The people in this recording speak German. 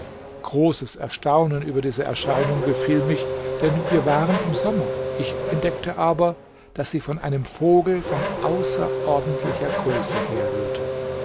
großes erstaunen über diese erscheinung befiel mich denn wir waren im sommer ich entdeckte aber daß sie von einem vogel von außerordentlicher größe herrührte